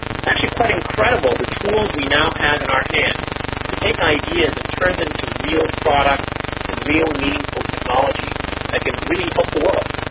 it's actually quite incredible, the tools we now have in our hands to take ideas and turn them into real products and real meaningful technology that can really help the world.